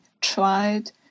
tried